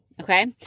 Okay